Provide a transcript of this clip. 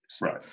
right